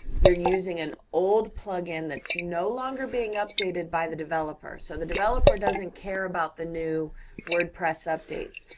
you're using an old plugin that's no longer being updated by the developer. so the developer doesn't care about the new wordpress updates,